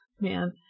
man